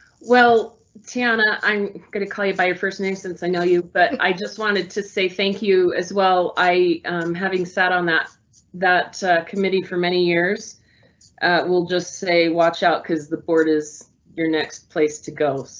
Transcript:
well tiana, i'm gonna call you by your first name since i know you. but and i just wanted to say thank you as well. i am having sat on that that a committee for many years will just say watch out cause the board is your next place to go.